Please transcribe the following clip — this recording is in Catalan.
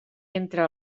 entre